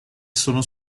sono